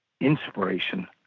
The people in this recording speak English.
inspiration